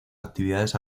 actividades